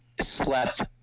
slept